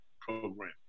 program